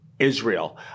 Israel